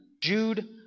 Jude